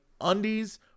Undies